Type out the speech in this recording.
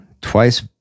Twice